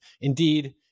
Indeed